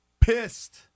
pissed